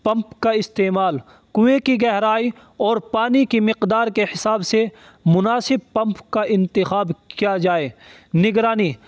pump کا استعمال کویں کی گہرائی اور پانی کی مقدار کے حساب سے مناسب پمپ کا انتخاب کیا جائے نگرانی